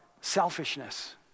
selfishness